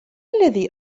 الذي